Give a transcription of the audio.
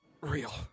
real